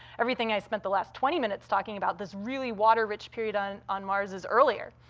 everything i spent the last twenty minutes talking about, this really water-rich period on on mars, is earlier.